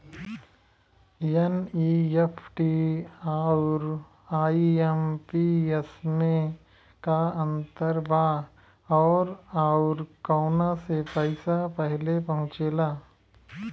NEFT आउर IMPS मे का अंतर बा और आउर कौना से पैसा पहिले पहुंचेला?